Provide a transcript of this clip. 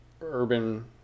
urban